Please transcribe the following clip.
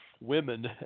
women